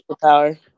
power